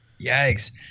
Yikes